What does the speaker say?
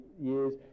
years